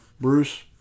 Bruce